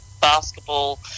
basketball